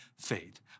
faith